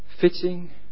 fitting